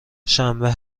شنبه